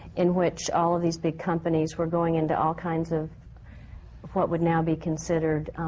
in which all of these big companies were going into all kinds of of what would now be considered